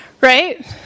right